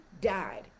died